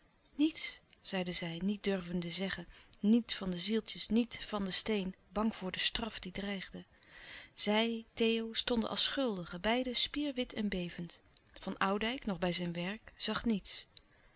niets zeide zij niet durvende zeggen niet van de zieltjes niet van den steen bang voor de straf die dreigde zij theo stonden als schuldigen beiden spierwit en bevend van oudijck nog bij zijn werk zag niets